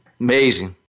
Amazing